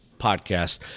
podcast